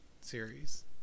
series